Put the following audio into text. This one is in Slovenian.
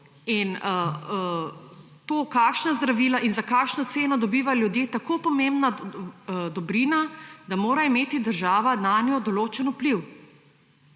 in to, kakšna zdravila in za kakšno ceno dobivajo ljudje, tako pomembna dobrina, da mora imeti država nanjo določen vpliv.